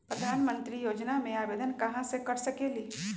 प्रधानमंत्री योजना में आवेदन कहा से कर सकेली?